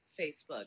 Facebook